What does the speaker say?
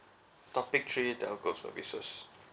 topic three telco services